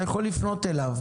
אתה יכול לפנות אליו.